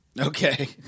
Okay